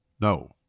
No